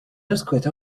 earthquake